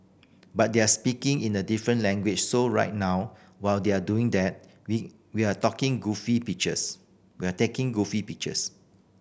but they're speaking in a different language so right now while they're doing that we we're talking goofy pictures we're taking goofy pictures